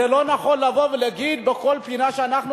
זה לא נכון לבוא ולהגיד: בכל פינה שאנחנו